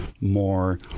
more